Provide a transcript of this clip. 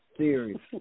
serious